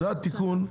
זה התיקון.